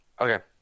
Okay